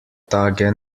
tage